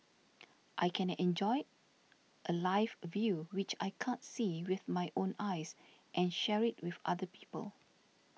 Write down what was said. I can enjoy a live view which I can't see with my own eyes and share it with other people